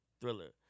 Thriller